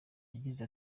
yagize